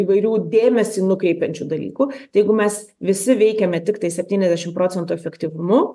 įvairių dėmesį nukreipiančių dalykų tai jeigu mes visi veikiame tiktai septyniasdešim procentų efektyvumu